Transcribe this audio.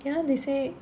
you know they say